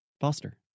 Foster